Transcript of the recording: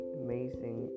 amazing